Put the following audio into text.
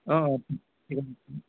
অঁ অঁ ঠিক ঠিক আছে